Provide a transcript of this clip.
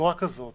בצורה כזאת